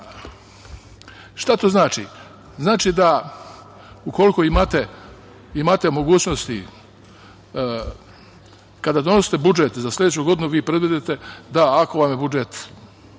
10%.Šta to znači? Znači da ukoliko imate mogućnosti kada donosite budžet za sledeću godinu vi predvidite da ako vam je budžet